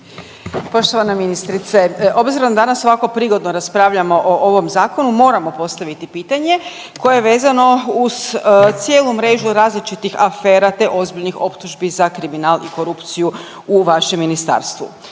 Poštovana ministrice obzirom da danas ovako prigodno raspravljamo o ovom zakonu moramo postaviti pitanje koje je vezano uz cijelu mrežu različitih afera, te ozbiljnih optužbi za kriminal i korupciju u vašem ministarstvu.